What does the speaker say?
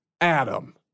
Adam